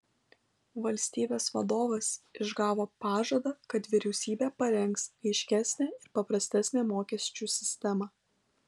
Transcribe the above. valstybės vadovas išgavo pažadą kad vyriausybė parengs aiškesnę ir paprastesnę mokesčių sistemą